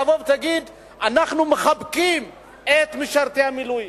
תבוא ותגיד: אנחנו מחבקים את משרתי המילואים,